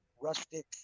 rustic